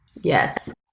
Yes